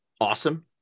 awesome